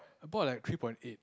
I bought like three point eight